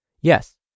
Yes